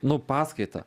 nu paskaitą